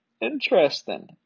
Interesting